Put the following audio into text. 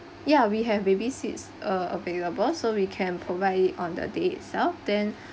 ya we have baby seats uh available so we can provide it on the day itself then